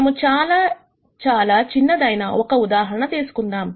మనము చాలా చాలా చిన్నదైన ఒక ఉదాహరణ తీసుకుందాం